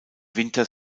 winter